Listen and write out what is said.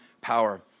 power